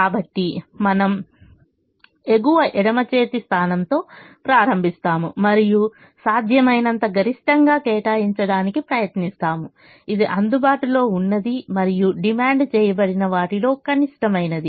కాబట్టి మనము ఎగువ ఎడమ చేతి స్థానంతో ప్రారంభిస్తాము మరియు సాధ్యమైనంత గరిష్టంగా కేటాయించటానికి ప్రయత్నిస్తాము ఇది అందుబాటులో ఉన్నది మరియు డిమాండ్ చేయబడిన వాటిలో కనిష్టమైనది